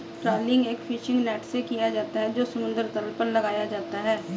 trawling एक fishing net से किया जाता है जो समुद्र तल पर लगाया जाता है